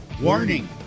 warning